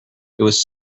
was